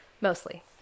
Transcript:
mostly